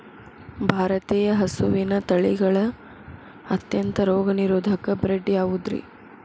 ಭಾರತೇಯ ಹಸುವಿನ ತಳಿಗಳ ಅತ್ಯಂತ ರೋಗನಿರೋಧಕ ಬ್ರೇಡ್ ಯಾವುದ್ರಿ?